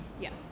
Yes